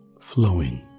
flowing